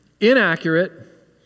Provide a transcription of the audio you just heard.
inaccurate